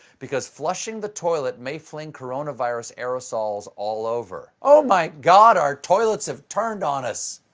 because flushing the toilet may fling coronavirus aerosols all over. oh, my god! our toilets have turned on us.